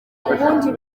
ubundi